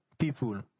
people